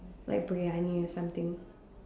like Briyani or something